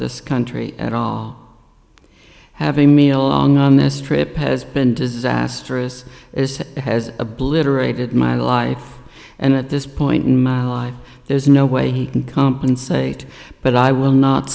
this country at all having me along on this trip has been disastrous has a blitter raided my life and at this point in my life there's no way he can compensate but i will not